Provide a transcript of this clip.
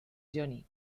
johnny